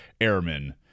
airmen